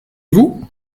vous